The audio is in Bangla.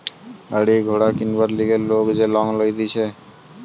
গাড়ি ঘোড়া কিনবার লিগে লোক যে লং লইতেছে